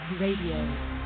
Radio